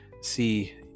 see